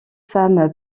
femme